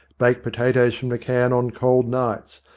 baked potatoes from the can on cold nights,